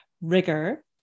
rigor